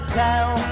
tell